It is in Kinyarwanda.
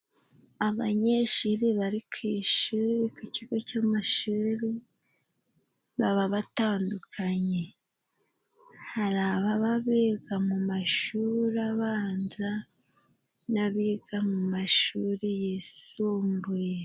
Abanyeshuri bari ku ishuri, ku kigo cy'amashuri baba batandukanye. Hari ababa biga mu mashuri abanza n'abiga mu mashuri yisumbuye.